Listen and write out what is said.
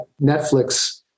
Netflix